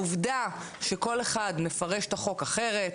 העובדה שכל אחד מפרש את החוק אחרת,